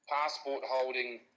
passport-holding